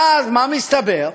ואז, מה מסתבר?